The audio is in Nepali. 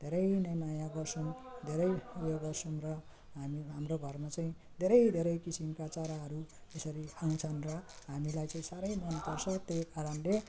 धेरै नै माया गर्छौँ धेरै उयो गर्छौँ र हामी हाम्रो घरमा चाहिँ धेरै धेरै किसिमका चराहरू त्यसरी आउँछन् र हामीलाई चाहिँ साह्रै मन पर्छ त्यही कारणले